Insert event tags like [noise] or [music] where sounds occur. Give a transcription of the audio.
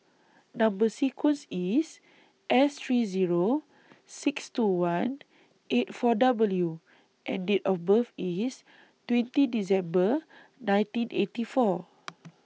Number sequence IS S three Zero six two one eight four W and Date of birth IS twenty December nineteen eighty four [noise]